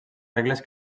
regles